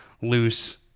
loose